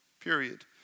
period